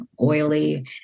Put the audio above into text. oily